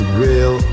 real